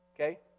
okay